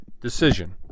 decision